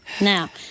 Now